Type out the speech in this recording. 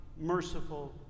merciful